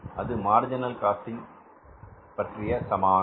அது marginal costing பற்றிய சமானம்